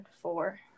four